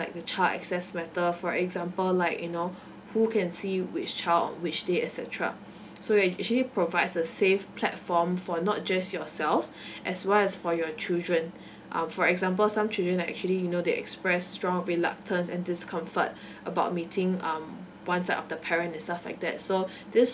like the child access matter for example like you know who can see which child on which day et cetera so it act~ actually provides a safe platform for not just yourselves as well as for your children um for example some children actually you know they express strong reluctance and discomfort about meeting um one side of the parent and stuff like that so this